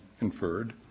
inferred